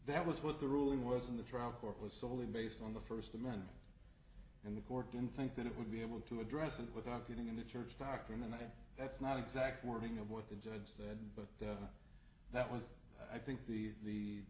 that was what the ruling was in the trial court was solely based on the first amendment and the court didn't think that it would be able to address it without getting into church doctrine and i think that's not exact wording of what the judge said but that was i think the